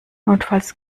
notfalls